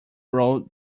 road